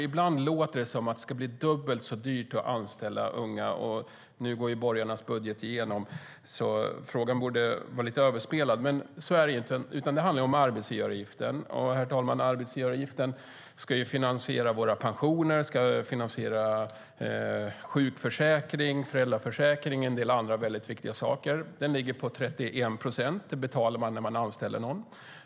Ibland låter det som att det ska bli dubbelt så dyrt att anställa unga, och nu går ju borgarnas budget igenom, så frågan borde vara överspelad, men så är det inte. Det handlar om arbetsgivaravgiften, och den ska ju finansiera våra pensioner, sjukförsäkring, föräldraförsäkring och en del andra väldigt viktiga saker. Avgiften ligger på 31 procent som betalas när man anställer någon.